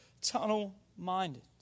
tunnel-minded